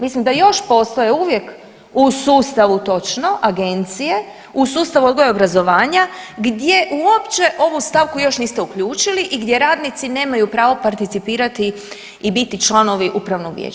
Mislim da još postoje uvijek u sustavu točno agencije, u sustavu odgoja i obrazovanja gdje uopće ovu stavku još niste uključili i gdje radnici nemaju pravo participirati i biti članovi upravno vijeća.